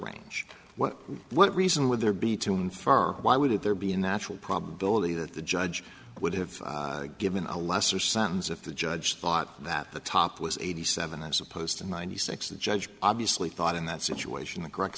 range what what reason would there be to infer why wouldn't there be a natural probability that the judge would have given a lesser sentence if the judge thought that the top was eighty seven as opposed to ninety six the judge obviously thought in that situation the correct